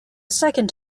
second